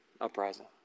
uprising